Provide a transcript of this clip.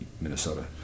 Minnesota